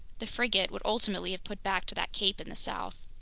the frigate would ultimately have put back to that cape in the south.